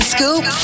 Scoop